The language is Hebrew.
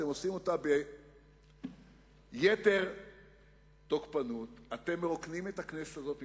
אתם עושים אותו ביתר תוקפנות: אתם מרוקנים את הכנסת הזאת מתוכנה.